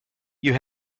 you